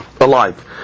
alive